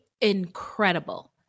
incredible